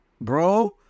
Bro